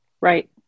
Right